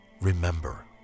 Remember